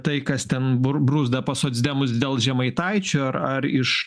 tai kas ten bru bruzda pas socdemus dėl žemaitaičio ar ar iš